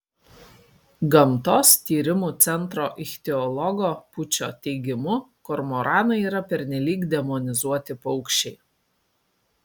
gamtos tyrimų centro ichtiologo pūčio teigimu kormoranai yra pernelyg demonizuoti paukščiai